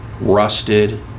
rusted